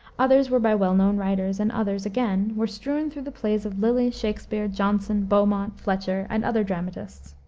others were by well-known writers, and others, again, were strewn through the plays of lyly, shakspere, jonson, beaumont, fletcher, and other dramatists.